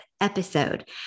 Episode